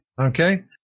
Okay